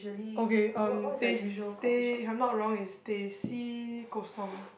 okay um teh-C teh if I'm not wrong it's teh-C-kosong